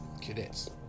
cadets